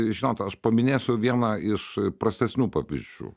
žinot aš paminėsiu vieną iš prastesnių pavyzdžių